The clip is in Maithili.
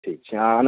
ठीक छै आ